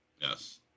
Yes